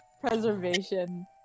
preservation